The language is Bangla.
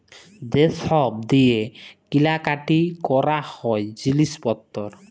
যে ছব দিঁয়ে কিলা কাটি ক্যরা হ্যয় জিলিস পত্তর